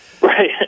Right